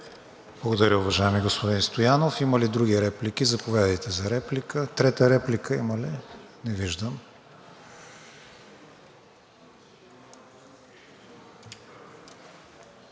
Благодаря, уважаеми господин Стоянов. Има ли други реплики? Заповядайте за реплика. Трета реплика има ли? Не виждам.